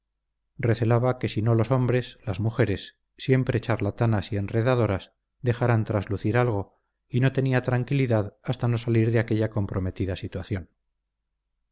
recelaba que si no los hombres las mujeres siempre charlatanas y enredadoras dejaran traslucir algo y no tenía tranquilidad hasta no salir de aquella comprometida situación